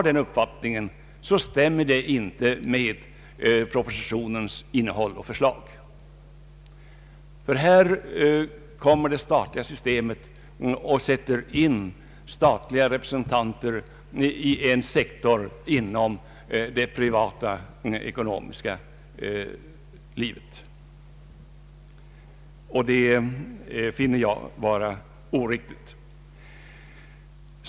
Den uppfattningen stämmer inte med propositionens innehåll och förslag. Det statliga förslaget går ut på att statliga representanter sättes in inom en sektor av det privata ekonomiska livet, och det finner jag felaktigt.